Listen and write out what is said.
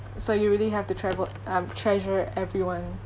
so you really have to trave~ um treasure everyone